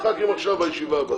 מקובל.